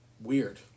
weird